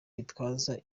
gitwaza